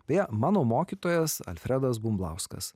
beje mano mokytojas alfredas bumblauskas